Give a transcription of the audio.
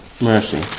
mercy